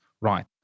right